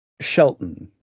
Shelton